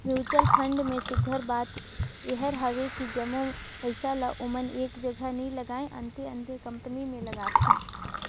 mutual fund में सुग्घर बात एहर हवे कि जम्मो पइसा ल ओमन एक जगहा नी लगाएं, अन्ते अन्ते कंपनी में लगाथें